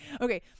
Okay